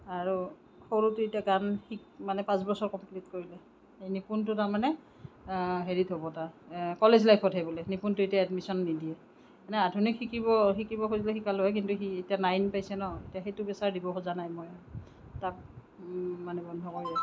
আৰু সৰুটো এতিয়া গান শিকি মানে পাঁচ বছৰ কমপ্লিট কৰিলে এই নিপুনটো তাৰ মানে হেৰিত হ'ব তাৰ কলেজ লাইফতহে বোলে নিপুনটো এতিয়া এডমিশ্যন নিদিয়ে মানে আধুনিক শিকিব শিকিব খুজিলে শিকালোঁ হয় কিন্তু এতিয়া সি নাইন পাইছে ন' এতিয়া সেইটো প্ৰেছাৰ দিব খোজা নাই মই তাক মানে বন্ধ কৰি ৰাখিছোঁ